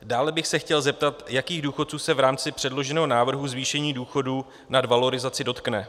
Dále bych se chtěl zeptat, jakých důchodců se v rámci předloženého návrhu zvýšení důchodu nad valorizaci dotkne.